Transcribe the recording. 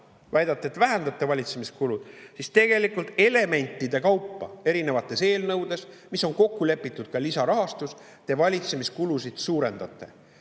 nominaalselt vähendate valitsemiskulusid, siis tegelikult te elementide kaupa erinevates eelnõudes, milles on kokku lepitud ka lisarahastus, valitsemiskulusid suurendate.